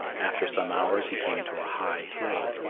after some hours he came to a high hill.